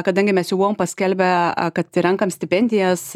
kadangi mes jau buvom paskelbę kad renkam stipendijas